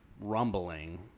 rumbling